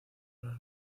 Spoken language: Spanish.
los